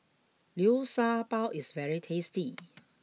liu sha bao is very tasty